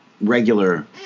regular